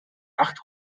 acht